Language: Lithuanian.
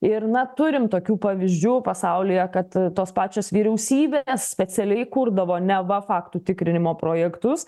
ir na turim tokių pavyzdžių pasaulyje kad tos pačios vyriausybės specialiai kurdavo neva faktų tikrinimo projektus